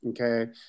Okay